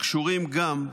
קשורים גם,